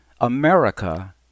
America